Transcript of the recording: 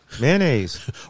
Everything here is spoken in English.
Mayonnaise